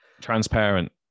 Transparent